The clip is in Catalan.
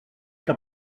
que